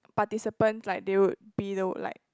participants like they would be the like